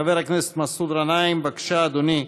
חבר הכנסת מסעוד גנאים, בבקשה, אדוני,